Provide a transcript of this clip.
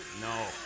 No